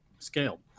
scale